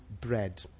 bread